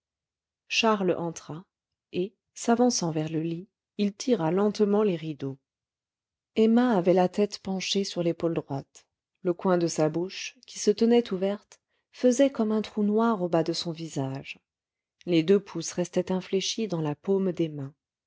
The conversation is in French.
charles entra et s'avançant vers le lit il tira lentement les rideaux emma avait la tête penchée sur l'épaule droite le coin de sa bouche qui se tenait ouverte faisait comme un trou noir au bas de son visage les deux pouces restaient infléchis dans la paume des mains